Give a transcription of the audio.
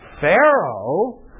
Pharaoh